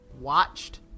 watched